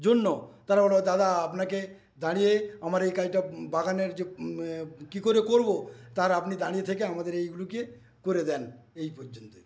জন্য তারা দাদা আপনাকে দাঁড়িয়ে আমার এই কাজটা বাগানের যে কি করে করবো তার আপনি দাঁড়িয়ে থেকে আমাদের এইগুলোকে করে দেন এই পর্যন্তই